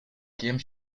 game